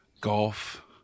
golf